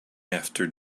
after